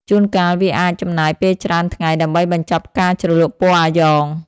ជួនកាលវាអាចចំណាយពេលច្រើនថ្ងៃដើម្បីបញ្ចប់ការជ្រលក់ពណ៌អាយ៉ង។